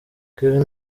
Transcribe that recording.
kevin